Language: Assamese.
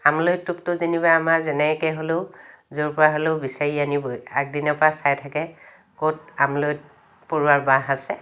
আমলৈ টোপটো যেনিবা আমাৰ যেনেকৈ হ'লেও য'ৰ পৰা হ'লেও বিচাৰি আনিবই আগদিনাৰ পৰা চাই থাকে ক'ত আমলৈ পৰুৱাৰ বাহ আছে